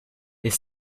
est